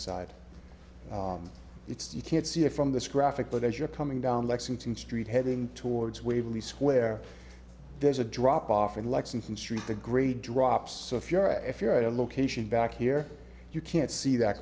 side it's you can't see it from this graphic but as you're coming down lexington street heading towards waverly square there's a drop off in lexington street the gray drops if you're a if you're at a location back here you can't see that